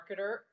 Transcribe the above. marketer